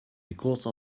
because